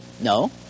No